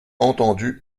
entendu